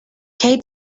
kate